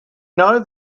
know